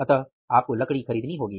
अतः आपको लकड़ी खरीदनी होगी